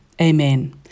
Amen